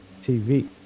TV